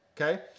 okay